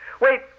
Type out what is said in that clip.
Wait